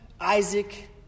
Isaac